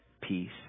peace